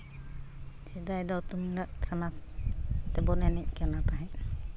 ᱥᱮᱫᱟᱭ ᱫᱚ ᱛᱩᱢᱫᱟᱜ ᱴᱟᱢᱟᱠ ᱛᱮᱵᱚᱱ ᱮᱱᱮᱡ ᱠᱟᱱᱟ ᱛᱟᱦᱮᱸᱫ